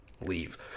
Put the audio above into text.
Leave